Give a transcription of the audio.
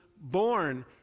born